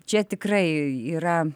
čia tikrai yra